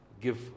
give